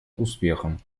успехом